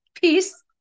peace